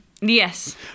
Yes